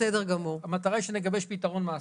המטרה היא שנגבש פתרון מעשי.